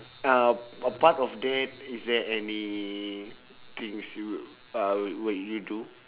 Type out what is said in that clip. uh apart of that is there anythings you would uh would you do